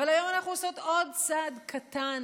אבל היום אנחנו עושות עוד צעד קטן,